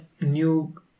new